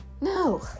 No